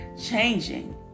changing